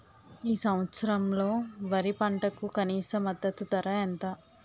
ఈ సంవత్సరంలో వరి పంటకు కనీస మద్దతు ధర ఎంత?